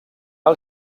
els